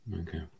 okay